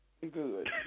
Good